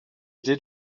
did